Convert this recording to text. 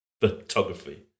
photography